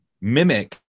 mimic